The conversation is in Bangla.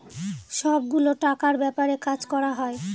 সব গুলো টাকার ব্যাপারে কাজ করা হয়